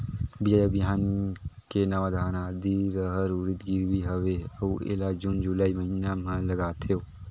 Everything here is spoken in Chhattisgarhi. बीजा या बिहान के नवा धान, आदी, रहर, उरीद गिरवी हवे अउ एला जून जुलाई महीना म लगाथेव?